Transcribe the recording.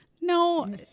No